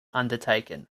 undertaken